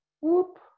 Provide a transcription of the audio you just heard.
whoop